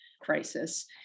crisis